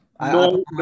No